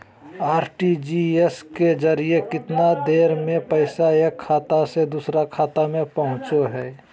RTGS के जरिए कितना देर में पैसा एक खाता से दुसर खाता में पहुचो है?